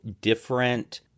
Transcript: different